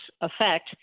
effect